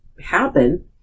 happen